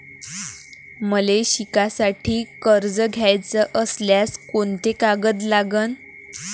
मले शिकासाठी कर्ज घ्याचं असल्यास कोंते कागद लागन?